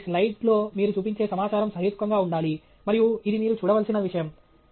కాబట్టి మీ స్లైడ్లో మీరు చూపించే సమాచారం సహేతుకంగా ఉండాలి మరియు ఇది మీరు చూడవలసిన విషయం